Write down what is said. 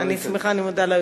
אני שמחה, אני מודה ליושב-ראש.